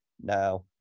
now